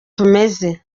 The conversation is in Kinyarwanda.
tumeze